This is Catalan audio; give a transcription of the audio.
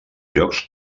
jocs